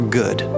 good